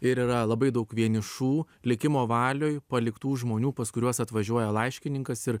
ir yra labai daug vienišų likimo valioj paliktų žmonių pas kuriuos atvažiuoja laiškininkas ir